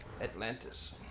Atlantis